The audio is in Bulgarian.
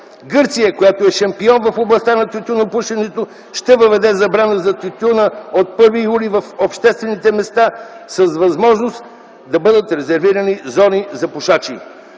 Гърция, която е шампион в областта на тютюнопушенето, ще въведе забрана за тютюна от 1 юли в обществените места с възможност да бъдат резервирани зони за пушачи.